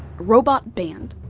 robot band.